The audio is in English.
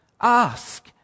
ask